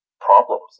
problems